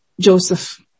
Joseph